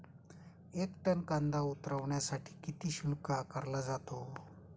एक टन कांदा उतरवण्यासाठी किती शुल्क आकारला जातो?